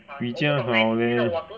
你这样好 leh